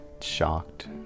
shocked